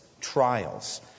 trials